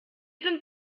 sind